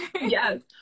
yes